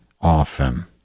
often